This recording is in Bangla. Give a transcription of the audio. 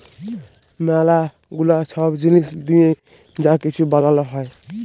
ম্যালা গুলা ছব জিলিস দিঁয়ে যা কিছু বালাল হ্যয়